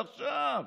ועכשיו.